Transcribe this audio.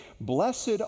Blessed